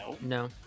No